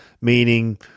meaning